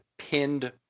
Pinned